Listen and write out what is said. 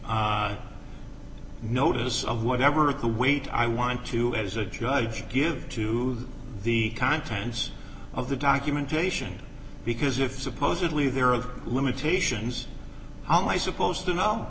notice of whatever kuwait i want to as a judge give to the contents of the documentation because if supposedly there are limitations how am i supposed to know